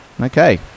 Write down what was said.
Okay